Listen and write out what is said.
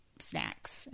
snacks